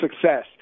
success